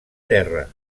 terra